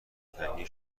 تنگی